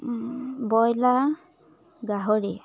broiler গাহৰি